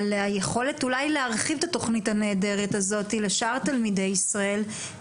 על היכולת אולי להרחיב את התוכנית הנהדרת הזאת לשאר תלמידי ישראל,